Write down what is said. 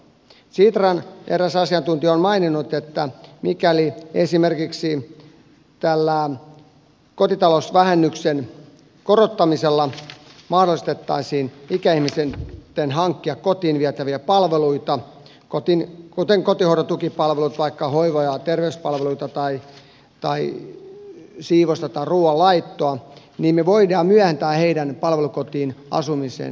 sitran eräs asiantuntija on maininnut että mikäli esimerkiksi tällä kotitalousvähennyksen korottamisella mahdollistettaisiin ikäihmisille kotiin vietävien palveluiden hankkiminen kuten vaikka kotihoidon tukipalvelut hoiva ja terveyspalvelut tai siivous tai ruuanlaitto niin me voimme myöhentää heidän palvelukotiasumiseen menemistään